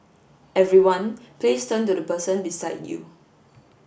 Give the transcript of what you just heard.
everyone please turn to the person beside you